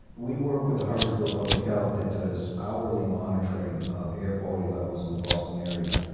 we work with the harvard school of public health that does hourly monitoring of air quality levels in the boston area,